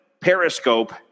Periscope